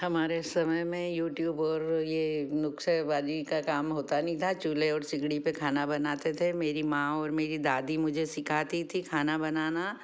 हमारे समय में यूट्यूब और यह नुक्से बाज़ी का काम होता नहीं था चूल्हे और सिगड़ी पर खाना बनाते थे मेरी माँ और मेरी दादी मुझे सिखाती थी खाना बनाना